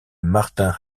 martin